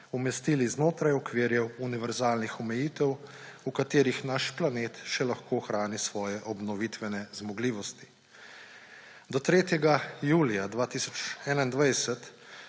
umestili znotraj okvirjev univerzalnih omejitev, v katerih naš planet še lahko ohrani svoje obnovitvene zmogljivosti. Do 3. julija 2021